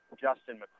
Justin